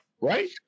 Right